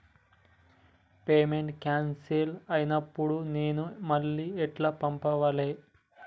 Payment cancel అయినపుడు నేను మళ్ళా ఎట్ల పంపాలే?